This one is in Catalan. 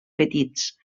petits